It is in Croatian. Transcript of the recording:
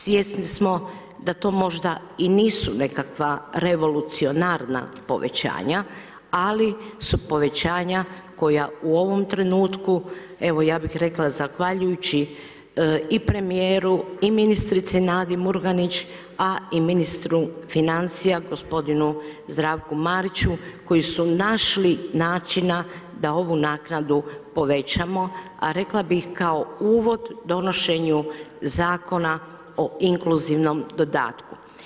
Svjesni smo da to možda i nisu nekakva revolucionarna povećanja, ali su povećanja koja u ovom trenutku, evo ja bih rekla zahvaljujući i premjeru i ministrici Nadi Murganić, a i ministru financija, gospodinu Zdravku Mariću, koji su našli načina, da ovu naknadu povećamo, a rekla bih, kao uvod donošenju Zakona o inkluzivnom dodatku.